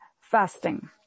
fasting